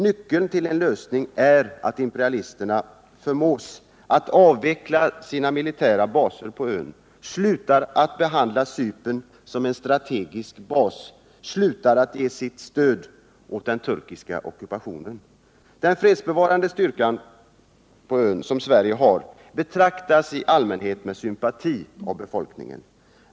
Nyckeln 96 till en lösning är att imperialisterna kan förmås att avveckla sina militära baser på ön, slutar att behandla Cypern som en strategisk bas, slutar att ge sitt stöd åt den turkiska ockupationen. Den fredsbevarande styrka som Sverige har på Cypern betraktas i allmänhet med sympati av befolkningen där.